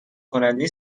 کننده